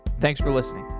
thanks for listening.